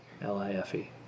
L-I-F-E